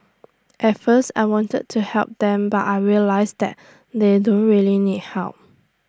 at first I wanted to help them but I realised that they don't really need help